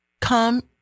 come